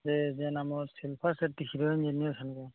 ସେ ଯେନ୍ ଆମର ଶିଲ୍ପା ସେଟ୍ଟୀ ହିରୋଇନ୍ ଅଛନ୍